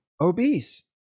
obese